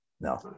no